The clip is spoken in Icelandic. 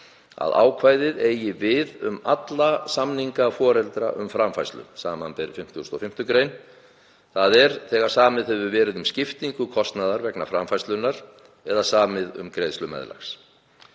að ákvæðið eigi við um alla samninga foreldra um framfærslu, sbr. 55. gr., þ.e. þegar samið hefur verið um skiptingu kostnaðar vegna framfærslunnar eða samið um greiðslu meðlags.